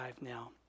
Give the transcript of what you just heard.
now